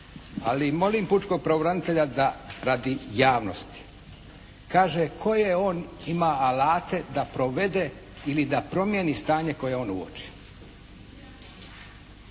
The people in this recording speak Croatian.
Ali molim pučkog pravobranitelja da radi javnosti kaže koje on ima alate da provede ili da promjeni stanje koje on uoči.